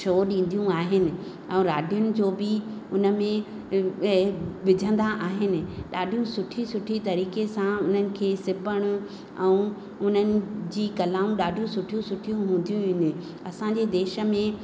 show ॾींदियूं आहिनि ऐं राडियुनि जो बि उनमें विझंदा आहिनि ॾाढियूं सुठी सुठी तरीक़े सां उननि खे सिबण ऐं उननि जी कलाऊं ॾाढी सुठियूं सुठियूं हूंदियूं आहिनि असांजे देश में